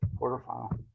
quarterfinal